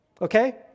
okay